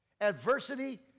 Adversity